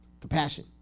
compassion